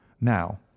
now